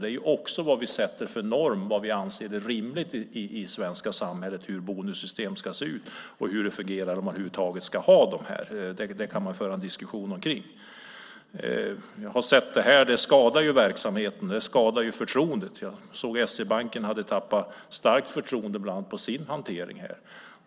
Det är också fråga om vad vi sätter för norm, hur vi anser det vara rimligt att bonussystem ska se ut i det svenska samhället, hur de fungerar och om man över huvud taget ska ha dem. Det kan man föra en diskussion om. Det här skadar ju verksamheten. Det skadar förtroendet. Jag såg att SE-banken starkt hade tappat förtroende bland annat på sin hantering.